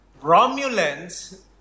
Romulans